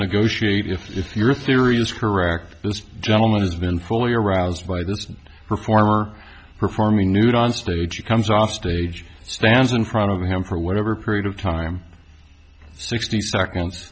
negotiate if your theory is correct this gentleman has been fully aroused by this performer performing nude onstage comes offstage stands in front of him for whatever period of time sixty seconds